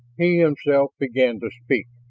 he himself began to speak,